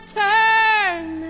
turn